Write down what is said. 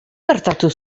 gertatu